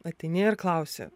ateini ir klausi